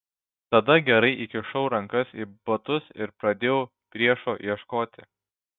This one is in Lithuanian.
tada gerai įkišau rankas į batus ir pradėjau priešo ieškoti